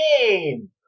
game